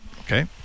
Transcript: Okay